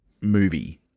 movie